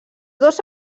dos